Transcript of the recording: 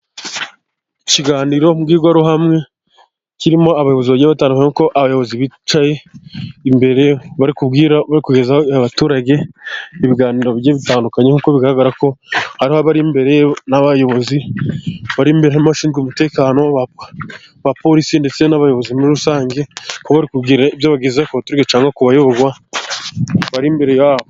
Ikiganiro mbwirwaruhame kirimo abayobozi bagiye batandukanye, nk'uko abayobozi bicaye imbere, bari kugeza ku baturage ibiganiro bigiye bitandukanye nk'uko bigaragara ko hari abari imbere n'abayobozi bari imbere harimo abashinzwe umutekano, abapolisi ndetse n'abayobozi muri rusange, bakaba bari kugira ibyo bageza ku baturage cyangwa ku bayoborwa, bari imbere yabo.